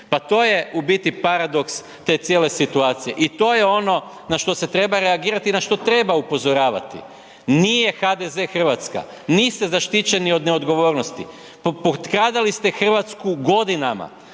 Pa to je u biti paradoks te cijele situacije i to je ono na što se treba reagirati i na što treba upozoravati, nije HDZ Hrvatska, niste zaštićeni od neodgovornosti, potkradali ste Hrvatsku godinama,